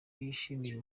yishimiye